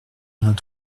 vingt